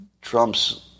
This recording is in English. Trump's